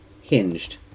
hinged